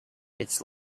its